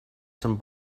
some